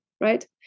right